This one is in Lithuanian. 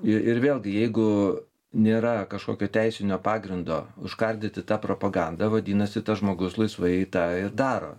i ir vėlgi jeigu nėra kažkokio teisinio pagrindo užkardyti tą propagandą vadinasi tas žmogus laisvai tą ir daro